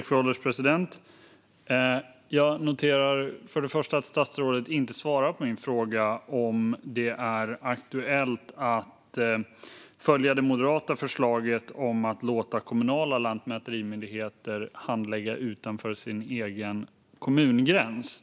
Fru ålderspresident! Jag noterar först och främst att statsrådet inte svarade på min fråga om det är aktuellt att följa det moderata förslaget om att låta kommunala lantmäterimyndigheter handlägga utanför sin egen kommungräns.